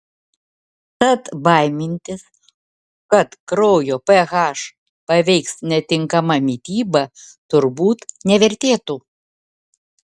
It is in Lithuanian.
tad baimintis kad kraujo ph paveiks netinkama mityba turbūt nevertėtų